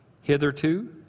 hitherto